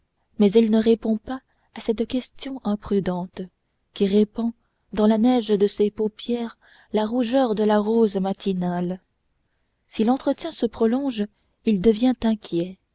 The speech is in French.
mais il ne répond pas à cette question imprudente qui répand dans la neige de ses paupières la rougeur de la rose matinale si l'entretien se prolonge il devient inquiet